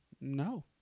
No